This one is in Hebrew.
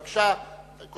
בבקשה, אדוני.